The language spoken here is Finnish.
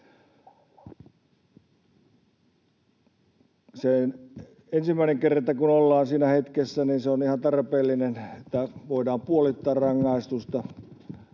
ensimmäinen kerta, kun ollaan siinä hetkessä, on ihan tarpeellinen, että voidaan puolittaa rangaistusta.